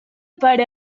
per